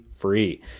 free